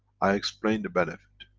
i explain the benefit.